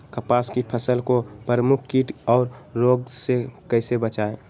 कपास की फसल को प्रमुख कीट और रोग से कैसे बचाएं?